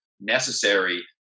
necessary